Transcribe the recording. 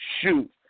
Shoot